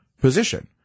position